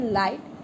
light